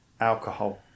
alcohol